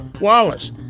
Wallace